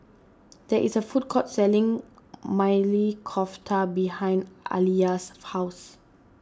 there is a food court selling Maili Kofta behind Aliya's house